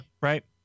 right